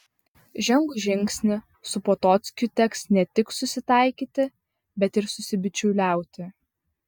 žengus žingsnį su potockiu teks ne tik susitaikyti bet ir susibičiuliauti